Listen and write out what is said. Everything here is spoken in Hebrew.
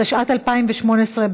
התשע"ט 2018,